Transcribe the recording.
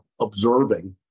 observing